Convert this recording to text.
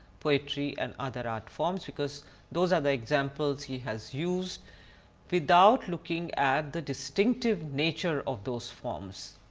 poetry and other art forms, because those are the examples he has used without looking at the distinctive nature of those forms.